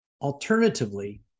alternatively